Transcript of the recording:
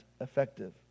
effective